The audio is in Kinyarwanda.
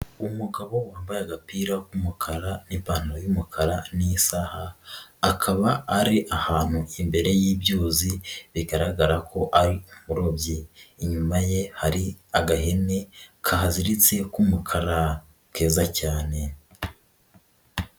Umugabo wambaye agapira k'umukara ipantaro y'umukara n'isaha, akaba ari ahantu imbere y'ibyuzi bigaragara ko ari umurobyi, inyuma ye hari agahene kaziritse k'umukara keza cyane.